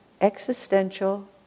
existential